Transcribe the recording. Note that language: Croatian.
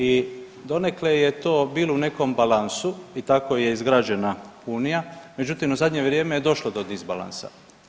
I donekle je to bilo u nekom balansu i tako je izgrađena Unija, međutim u zadnje vrijeme je došlo do disbalansa.